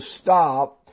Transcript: stop